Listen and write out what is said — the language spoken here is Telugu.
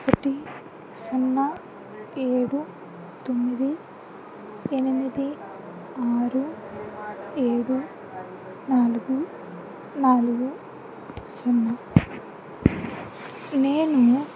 ఒకటి సున్నా ఏడు తొమ్మిది ఎనిమిది ఆరు ఏడు నాలుగు నాలుగు సున్నా నేను